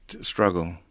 struggle